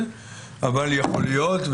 אבל יכול להיות,